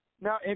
Now